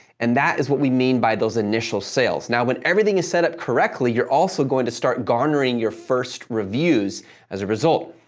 and that is what we mean by those initial sales. now, when everything is set up correctly, you're also going to start garnering your first reviews as a result.